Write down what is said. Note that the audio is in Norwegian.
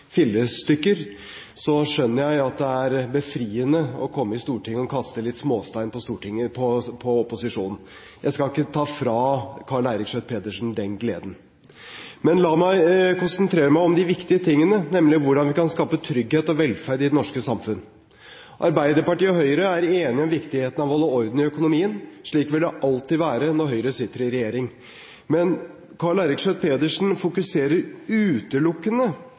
ikke ta fra Karl Eirik Schjøtt-Pedersen den gleden. Men la meg konsentrere meg om de viktige tingene, nemlig hvordan vi kan skape trygghet og velferd i det norske samfunn. Arbeiderpartiet og Høyre er enige om viktigheten av å holde orden i økonomien. Slik vil det alltid være når Høyre sitter i regjering. Men Karl Eirik Schjøtt-Pedersen fokuserer utelukkende